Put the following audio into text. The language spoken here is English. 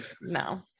no